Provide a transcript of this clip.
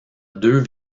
deux